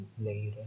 later